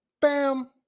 Bam